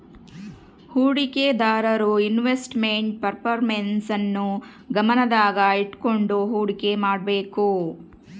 ಹೂಡಿಕೆದಾರರು investment performance ನ್ನು ಗಮನದಾಗ ಇಟ್ಕಂಡು ಹುಡಿಕೆ ಮಾಡ್ಬೇಕು